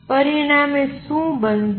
પરિણામે શું બનશે